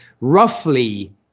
roughly